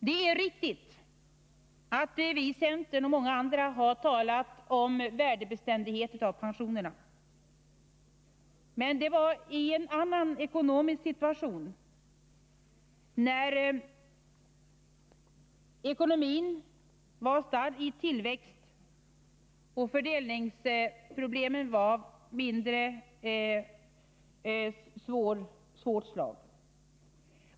Det är riktigt att vi i centern liksom många andra har talat om värdebeständighet för pensionerna. Men det var i en annan ekonomisk situation, där ekonomin var i stark tillväxt och fördelningsproblemen var lättare att göra något åt.